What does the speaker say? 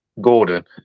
Gordon